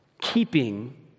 keeping